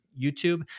YouTube